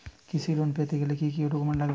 কৃষি লোন পেতে গেলে কি কি ডকুমেন্ট লাগবে?